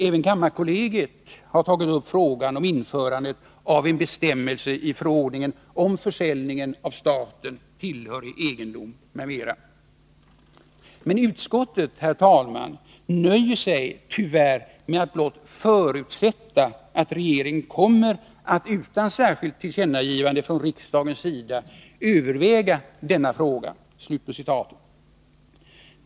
Även kammarkollegiet har tagit upp frågan om införandet av en bestämmelse i förordningen om försäljning av staten tillhörig egendom m.m. Men utskottet nöjer sig, herr talman, tyvärr med att blott förutsätta ”att regeringen kommer att utan särskilt tillkännagivande från riksdagens sida överväga denna fråga”.